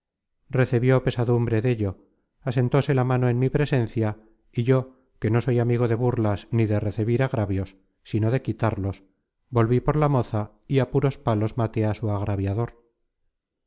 recebió pesadumbre dello asentóle la mano en mi presencia y yo que no soy amigo de burlas ni de recebir agravios sino de quitarlos volví por la moza y á puros palos maté á su agraviador